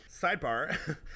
Sidebar